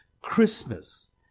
Christmas